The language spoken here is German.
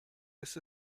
ist